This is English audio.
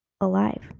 alive